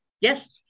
Yes